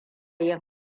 yin